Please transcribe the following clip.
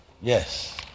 yes